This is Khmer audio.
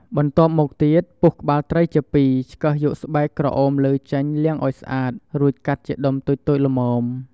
បន្ទាប់មកទៀត ពុះក្បាលត្រីជាពីរ ឆ្កឹះយកស្បែកក្រអូមលើចេញលាងឲ្យស្អាត រួចកាត់ជាដុំតូចៗល្មម។